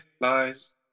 lies